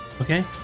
Okay